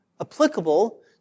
applicable